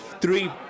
three